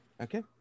Okay